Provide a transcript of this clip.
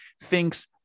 thinks